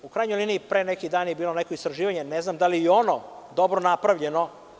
U krajnjoj liniji, pre neki dan je bilo neko istraživanje, ne znam da li je i ono dobro napravljeno.